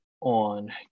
on